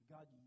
God